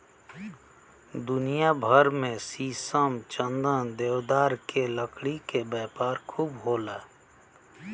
दुनिया भर में शीशम, चंदन, देवदार के लकड़ी के व्यापार खूब होला